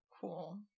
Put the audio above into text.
Cool